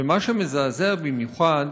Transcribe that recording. ומה שמזעזע במיוחד